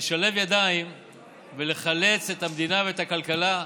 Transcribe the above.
לשלב ידיים ולחלץ את המדינה, ואת הכלכלה,